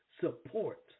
support